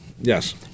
Yes